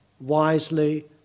wisely